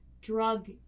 drug